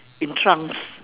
in trunks